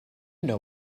know